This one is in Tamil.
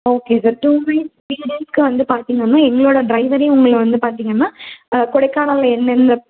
okay sir two week three டேஸ்க்கு வந்து பார்த்தீங்கன்னா எங்களோடய ட்ரைவரே உங்களை வந்து பார்த்தீங்கன்னா கொடைக்கானலில் எந்தெந்த